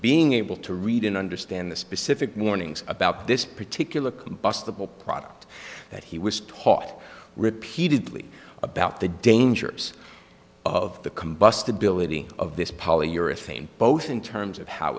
being able to read and understand the specific warnings about this particular combustible product that he was taught repeatedly about the dangers of the combustibility of this polyurethane both in terms of how